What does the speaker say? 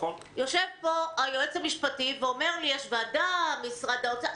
יושב פה היועץ המשפטי ואומר: יש ועדה, משרד האוצר.